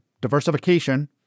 diversification